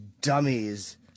dummies